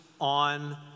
on